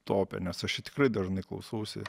tope nes aš jį tikrai dažnai klausausi